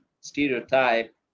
stereotype